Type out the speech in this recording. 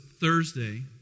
Thursday